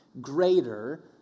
greater